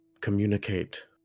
communicate